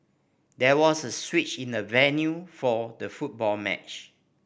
there was a switch in the venue for the football match